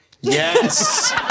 Yes